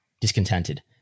discontented